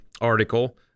article